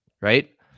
right